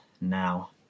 now